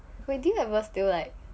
wait did you ever still like